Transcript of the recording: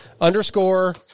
underscore